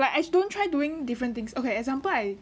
but I don't try doing different things okay like example I